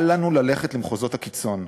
אל לנו ללכת למחוזות הקיצון,